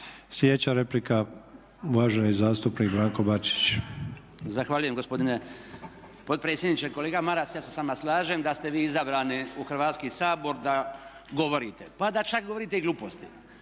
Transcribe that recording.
Slijedeća replika uvaženi zastupnik Branko Bačić. **Bačić, Branko (HDZ)** Zahvaljujem gospodine potpredsjedniče. Kolega Maras ja se s vama slažem da ste vi izabrani u Hrvatski sabor da govorite, pa da čak govorite i gluposti,